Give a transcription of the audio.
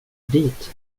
dit